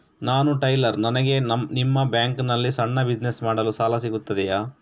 ನಾನು ಟೈಲರ್, ನನಗೆ ನಿಮ್ಮ ಬ್ಯಾಂಕ್ ನಲ್ಲಿ ಸಣ್ಣ ಬಿಸಿನೆಸ್ ಮಾಡಲು ಸಾಲ ಸಿಗುತ್ತದೆಯೇ?